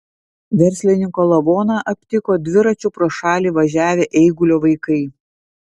verslininko lavoną aptiko dviračiu pro šalį važiavę eigulio vaikai